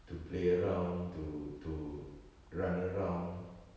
to play around to to run around